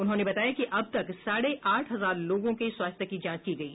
उन्होंने बताया कि अब तक साढ़े आठ हजार लोगों के स्वास्थ्य की जांच की गयी